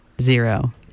zero